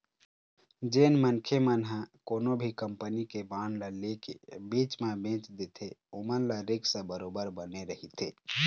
जेन मनखे मन ह कोनो भी कंपनी के बांड ल ले के बीच म बेंच देथे ओमन ल रिस्क बरोबर बने रहिथे